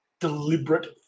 deliberate